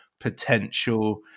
potential